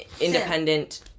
independent